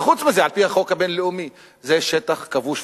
וחוץ מזה, על-פי החוק הבין-לאומי זה שטח כבוש.